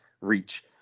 reach